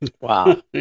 Wow